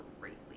greatly